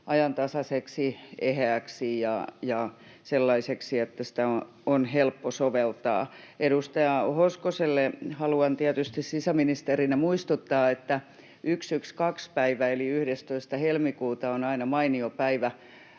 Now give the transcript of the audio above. ajantasaiseksi, eheäksi ja sellaiseksi, että sitä on helppo soveltaa. Edustaja Hoskoselle haluan tietysti sisäministerinä muistuttaa, että 112-päivä eli 11. helmikuuta on aina mainio päivä